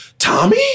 Tommy